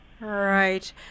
Right